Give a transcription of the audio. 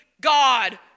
God